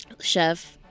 chef